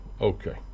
Okay